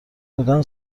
حدودا